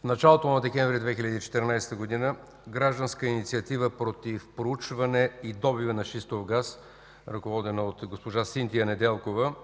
В началото на месец декември 2014 г. Гражданска инициатива против проучване и добива на шистов газ, ръководена от госпожа Синтия Недялкова,